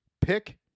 pick